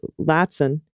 Latson